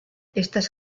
estas